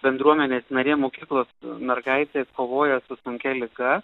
bendruomenės narė mokyklos mergaitė kovoja su sunkia liga